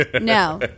No